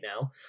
now